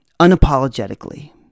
unapologetically